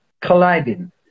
colliding